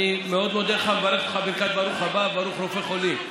אני מאוד מודה לך ומברך אותך בברכת ברוך הבא וברוך רופא חולים.